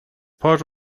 part